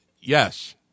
yes